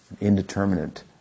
Indeterminate